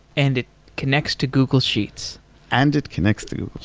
and it connects to google sheets and it connects to